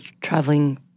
traveling